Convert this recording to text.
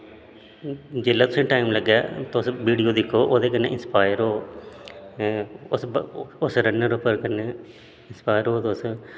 जेल्लै तुसेंगी टाइम लग्गै तुस वीडियो दिक्खो ओह्दे कन्नै इंसपाइर हो उस उस रनर उप्पर कन्नै इंसपायर हो तुस